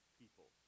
people